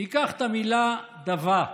ניקח את המילה דוה,